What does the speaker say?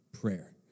prayer